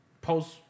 post